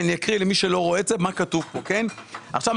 למי שלא רואה, אני אקריא מה כתוב כאן.